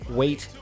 wait